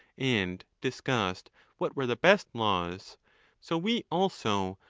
and discussed what were the best laws so we also,